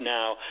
now